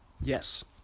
Yes